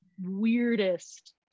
weirdest